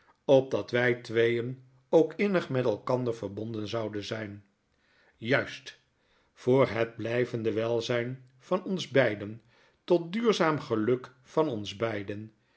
opdat wy tweeen ook innig met elkander verbonden zouden zyn juist voor het blyvende welzyn van ons beiden tot duurzaam geiuk van beiden